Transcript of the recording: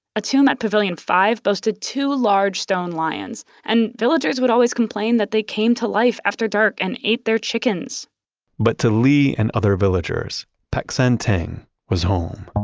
a tomb at pavilion five boasted two large stone lions and villagers would always complain that they came to life after dark and ate their chickens but to lee and other villagers, villagers, peck san theng was home.